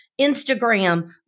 Instagram